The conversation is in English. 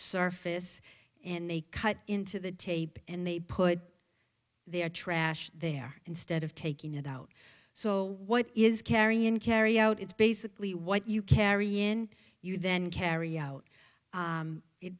surface and they cut into the tape and they put their trash there instead of taking it out so what is carrying carry out it's basically what you carry in you then carry out